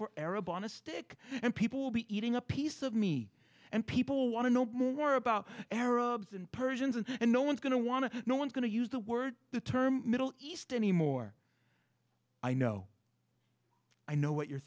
for arab on a stick and people will be eating a piece of me and people want to know more about arabs and persians and no one's going to want to no one's going to use the word the term middle east anymore i know i know what you're